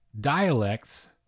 dialects